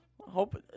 Hope